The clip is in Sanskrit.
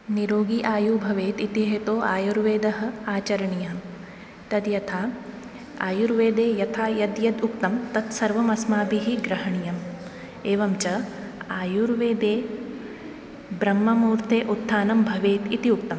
निरोगी आयुः भवेत् इति हेतो आयुर्वेदः आचरणीयः तद् यथा आयुर्वेदे यथा यद् यद् उक्तं तत्सर्वम् अस्माभिः ग्रहणीयम् एवञ्च आयुर्वेदे ब्रह्ममुहूर्ते उत्थानं भवेत् इति उक्तं